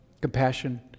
compassion